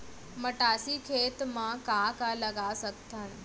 मटासी खेत म का का लगा सकथन?